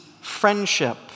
friendship